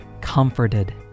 comforted